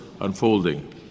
unfolding